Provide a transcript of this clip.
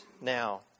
now